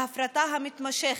ההפרטה המתמשכת,